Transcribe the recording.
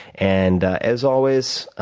and as always,